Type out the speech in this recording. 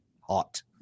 hot